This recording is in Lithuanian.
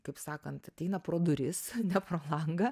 kaip sakant ateina pro duris ne pro langą